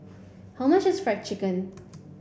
how much is fried chicken